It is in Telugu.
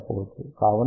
కావున Cλ π d π 10 0